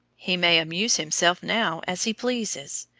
he may amuse himself now as he pleases,